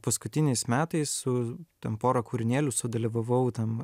paskutiniais metais su ten pora kūrinėlių sudalyvavau tam